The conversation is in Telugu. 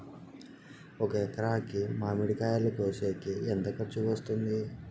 ఒక ఎకరాకి మామిడి కాయలు కోసేకి ఎంత ఖర్చు వస్తుంది?